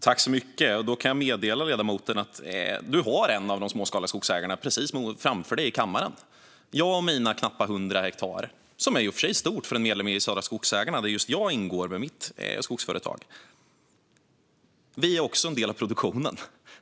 Fru talman! Jag kan meddela ledamoten att hon har en av de småskaliga skogsägarna precis framför sig i kammaren. Jag och mina knappt 100 hektar, som i och för sig är stort för en skogsägarmedlem i Södra där just jag och mitt skogsföretag ingår, är också en del av produktionen.